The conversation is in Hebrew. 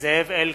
זאב אלקין,